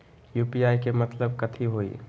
UPI के मतलब कथी होई?